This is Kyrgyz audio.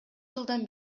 жылдан